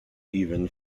even